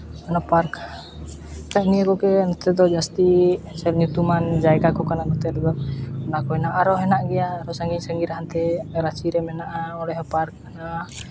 ᱚᱱᱟ ᱯᱟᱨᱠ ᱛᱚ ᱱᱤᱭᱟᱹ ᱠᱚᱜᱮ ᱱᱚᱛᱮ ᱫᱚ ᱡᱟᱹᱥᱛᱤ ᱥᱮ ᱧᱩᱛᱩᱢᱟᱱ ᱡᱟᱭᱜᱟ ᱠᱚ ᱠᱟᱱᱟ ᱱᱚᱛᱮ ᱨᱮᱫᱚ ᱚᱱᱟ ᱠᱚ ᱦᱮᱱᱟᱜᱼᱟ ᱟᱨᱚ ᱦᱮᱱᱟᱜ ᱜᱮᱭᱟ ᱥᱟᱺᱜᱤᱧ ᱥᱟᱺᱜᱤᱧ ᱨᱮ ᱦᱟᱱᱛᱮ ᱨᱟᱺᱪᱤ ᱨᱮ ᱢᱮᱱᱟᱜᱼᱟ ᱚᱸᱰᱮ ᱦᱚᱸ ᱯᱟᱨᱠ ᱢᱮᱱᱟᱜᱼᱟ